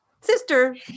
sister